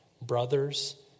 brothers